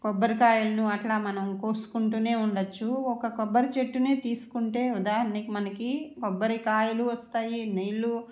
కొబ్బరికాయలను అట్లా మనం కోసుకుంటూనే ఉండవచ్చు ఒక కొబ్బరి చెట్టునే తీసుకుంటే ఉదాహరణకి మనకి కొబ్బరికాయలు వస్తాయి నీళ్లు